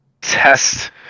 test